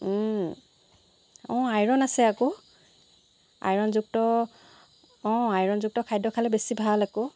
অঁ আইৰণ আছে আকৌ আইৰণযুক্ত অঁ আইৰণ যুক্ত খাদ্য খালে বেছি ভাল আকৌ